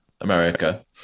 america